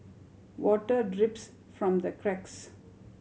water drips from the cracks